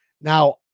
Now